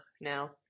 now